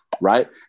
Right